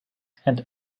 and